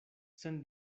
sen